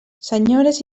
senyores